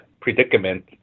predicament